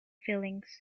feelings